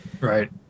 Right